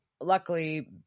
luckily